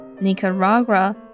Nicaragua